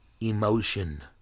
emotion